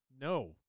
No